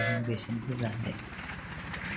बेसेन बुरजा होनाय